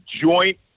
joint